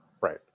Right